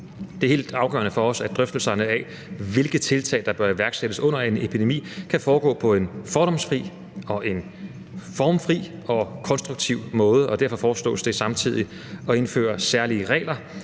Det er helt afgørende for os, at drøftelserne af, hvilke tiltag der bør iværksættes under en epidemi, kan foregå på en fordomsfri, formfri og konstruktiv måde, og derfor foreslås det samtidig at indføre særlige regler